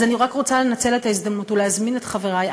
אז אני רק רוצה לנצל את ההזדמנות ולהזמין את חברי,